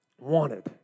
wanted